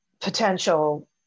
potential